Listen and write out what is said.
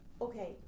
Okay